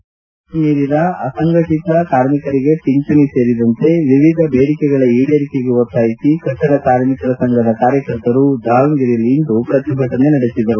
ಅರವತ್ತು ವರ್ಷ ಮೀರಿದ ಅಸಂಘಟಿತ ಕಾರ್ಮಿಕರಿಗೆ ಪಿಂಚಣಿ ಸೇರಿದಂತೆ ವಿವಿಧ ಬೇಡಿಕೆಗಳ ಈಡೇರಿಕೆಗೆ ಒತ್ತಾಯಿಸಿ ಕಟ್ಟಡ ಕಾರ್ಮಿಕರ ಸಂಘದ ಕಾರ್ಯಕರ್ತರು ದಾವಣಗೆರೆಯಲ್ಲಿಂದು ಪ್ರತಿಭಟನೆ ನಡೆಸಿದರು